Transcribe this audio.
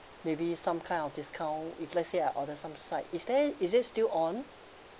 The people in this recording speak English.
maybe some kind of discount if let's say I order some side is there is this still on